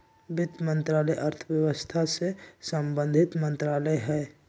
वित्त मंत्रालय अर्थव्यवस्था से संबंधित मंत्रालय हइ